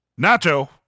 Nacho